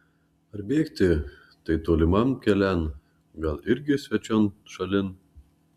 ar bėgti tai toliman kelian gal irgi svečion šalin